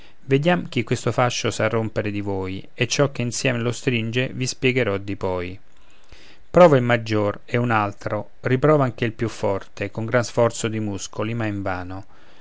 vediam chi questo fascio sa rompere di voi e ciò che insiem lo stringe vi spiegherò di poi prova il maggior e un altro riprova anche il più forte con gran sforzo di muscoli ma invano